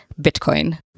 Bitcoin